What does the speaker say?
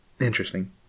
interesting